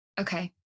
Okay